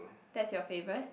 that's your favorite